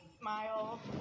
smile